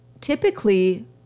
Typically